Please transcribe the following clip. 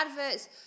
adverts